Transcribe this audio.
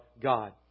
God